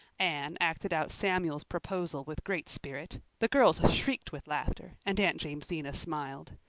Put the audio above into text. anne acted out samuel's proposal with great spirit. the girls shrieked with laughter and aunt jamesina smiled.